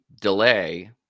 delay